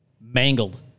mangled